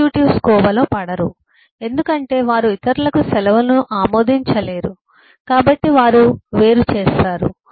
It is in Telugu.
ఎగ్జిక్యూటివ్స్ ఆ కోవలో పడరు ఎందుకంటే వారు ఇతరులకు సెలవును ఆమోదించలేరు కాబట్టి వారు వేరు చేస్తారు